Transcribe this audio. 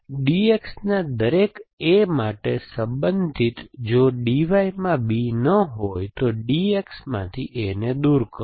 d X ના દરેક A માટે સંબંધિત જો DY માં B ન હોય તો DX માંથી A ને દૂર કરો